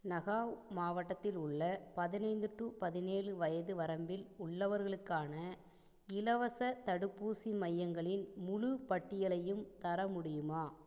நகாவ் மாவட்டத்தில் உள்ள பதினைந்து டு பதினேழு வயது வரம்பில் உள்ளவர்களுக்கான இலவசத் தடுப்பூசி மையங்களின் முழுப்பட்டியலையும் தர முடியுமா